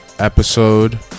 episode